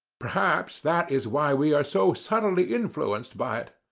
perhaps that is why we are so subtly influenced by it.